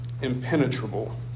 impenetrable